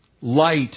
light